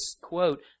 quote